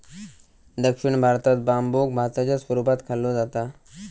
दक्षिण भारतात बांबुक भाताच्या स्वरूपात खाल्लो जाता